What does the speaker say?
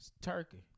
Turkey